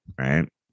right